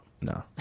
no